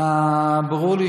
ברור לי